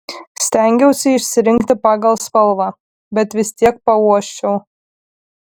stengiausi išsirinkti pagal spalvą bet vis tiek pauosčiau